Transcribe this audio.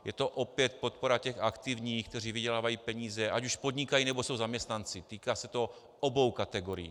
Je to opět podpora těch aktivních, kteří vydělávají peníze, ať už podnikají, nebo jsou zaměstnanci, týká se to obou kategorií.